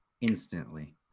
instantly